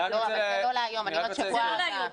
אבל זה לא להיום, זה בשבוע הבא.